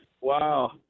wow